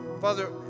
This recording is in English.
Father